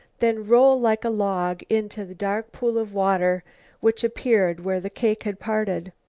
then roll like a log into the dark pool of water which appeared where the cake had parted.